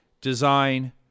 design